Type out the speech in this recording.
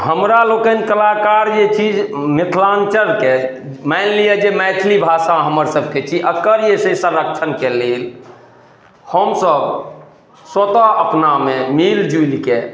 हमरा लोकनि कलाकार जे छी मिथिलाञ्चलके मानिंद लिअ जे मैथिली भाषा हमर सबके छी अकर जे छै संरक्षणके लेल हमसब स्वतः अपनामे मिल जुलि कऽ